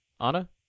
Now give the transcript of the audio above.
Anna